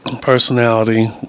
personality